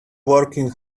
working